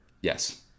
Yes